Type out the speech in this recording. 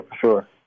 sure